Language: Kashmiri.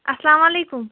السلام علیکم